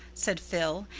said phil,